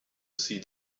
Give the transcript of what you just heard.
see